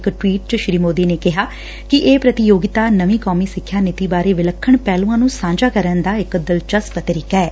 ਇਕ ਟਵੀਟ ਚ ਸ੍ਰੀ ਮੋਦੀ ਨੇ ਕਿਹਾ ਕਿ ਇਹ ਪ੍ਰਤੀਯੋਗਤਾ ਨਵੀ ਕੌਮੀ ਸਿੱਖਿਆ ਨੀਤੀ ਬਾਰੇ ਵਿੱਲਖਣ ਪਹਿਲੁਆਂ ਨੂੰ ਸਾਂਝਾ ਕਰਨ ਦਾ ਦਿਲਚਸਪ ਤਰੀਕਾ ਏ